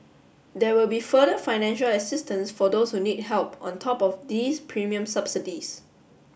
there will be further financial assistance for those who need help on top of these premium subsidies